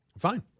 Fine